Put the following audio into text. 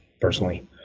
personally